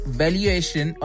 valuation